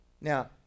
Now